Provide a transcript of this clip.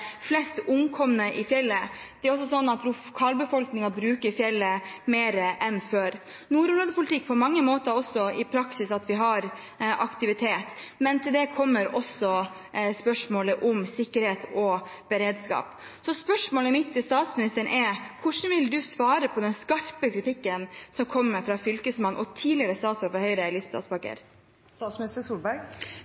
flest omkomne i fjellet. Lokalbefolkningen bruker fjellet mer enn før. Nordområdepolitikk er på mange måter også i praksis at vi har aktivitet, men til det kommer også spørsmålet om sikkerhet og beredskap. Spørsmålet mitt til statsministeren er: Hvordan vil hun svare på den skarpe kritikken som kommer fra fylkesmann og tidligere statsråd fra Høyre,